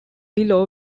below